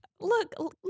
Look